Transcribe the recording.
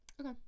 Okay